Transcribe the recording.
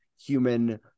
human